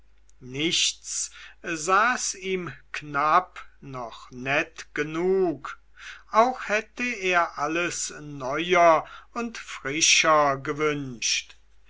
nichts saß ihm knapp noch nett genug auch hätte er alles neuer und frischer gewünscht